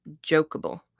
jokeable